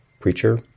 preacher